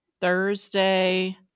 thursday